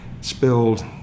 spilled